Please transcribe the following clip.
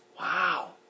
Wow